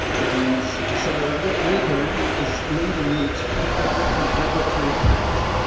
and so what we're doing is leading edge quite a different regulatory approach.